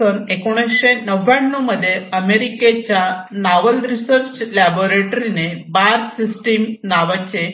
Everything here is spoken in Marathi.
सन 1999 मध्ये अमेरिकेच्या नावल रिसर्च लॅबोरेटरीने बार सिस्टम नावाचे